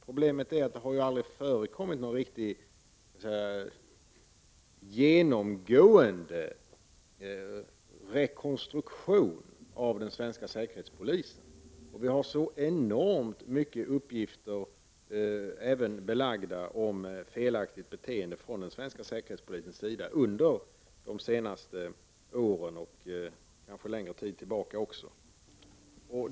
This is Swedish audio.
Problemet är att det aldrig har förekommit någon riktigt genomgripande rekonstruktion av den svenska säkerhetspolisen. Vi har så enormt många uppgifter belagda även om felaktigt beteende från svenska säkerhetspolisens sida under de senaste åren och kanske längre tid tillbaka.